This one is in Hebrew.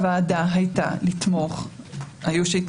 היו שהתנגדו --- החלטת הוועדה היא לתמוך,